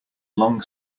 long